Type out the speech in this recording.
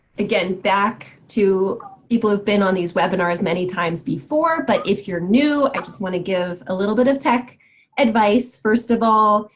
again back to people who've been on these webinar as many times before, but if you're new, i just wanna give a little bit of tech advice. first of all,